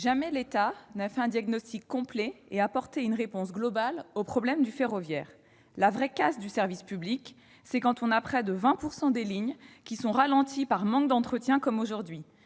Jamais l'État n'a fait un diagnostic complet et apporté une réponse globale aux problèmes du ferroviaire. [...] La vraie casse du service public, c'est quand on a près de 20 % des lignes qui sont ralenties par manque d'entretien comme aujourd'hui.